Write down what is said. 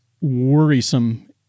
worrisome